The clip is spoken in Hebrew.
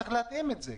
וצריך להתאים את זה.